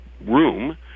room